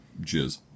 jizz